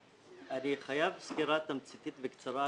חייב סקירה תמציתית בקצרה,